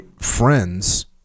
friends